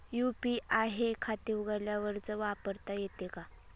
UPI हे खाते उघडल्यावरच वापरता येते का?